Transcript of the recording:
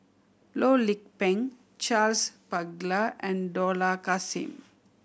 Loh Lik Peng Charles Paglar and Dollah Kassim